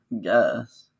Yes